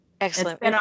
Excellent